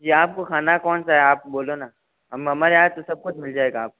जी आपको खाना कौन सा है आप बोलो न हमारे यहाँ तो सब कुछ मिल जायेगा आपको